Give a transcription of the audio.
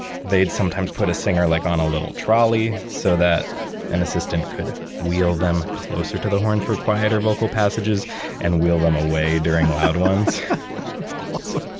they'd sometimes put a singer like on a little trolley so that an assistant could wheel them closer to the horn for quieter vocal passages and wheel them away during loud ones that's awesome.